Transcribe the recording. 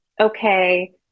okay